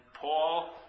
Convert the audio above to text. Paul